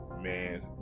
man